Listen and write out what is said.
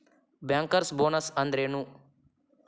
Bankers bonus ಅಂದ್ರೇನು?